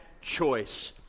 choice